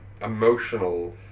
emotional